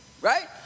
right